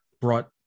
brought